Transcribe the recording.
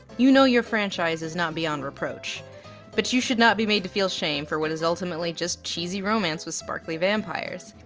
you know your franchise is not beyond reproach but you should not be made to feel shame for what is ultimately just cheesy romance with sparkly vampires.